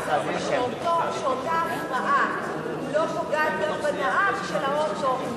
שאותה הפרעה לא פוגעת גם בנהג של האוטו?